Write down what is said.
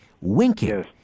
winking